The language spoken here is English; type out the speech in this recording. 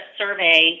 survey